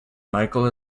michael